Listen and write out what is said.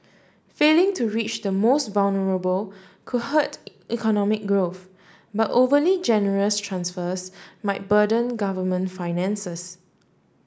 failing to reach the most vulnerable could hurt economic growth but overly generous transfers might burden government finances